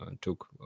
took